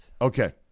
Okay